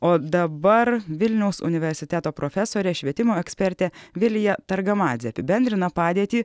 o dabar vilniaus universiteto profesorė švietimo ekspertė vilija targamadzė apibendrina padėtį